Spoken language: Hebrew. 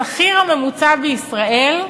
השכיר הממוצע בישראל,